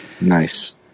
Nice